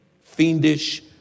fiendish